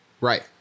Right